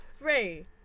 ray